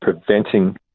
preventing